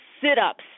sit-ups